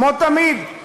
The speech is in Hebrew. כמו תמיד,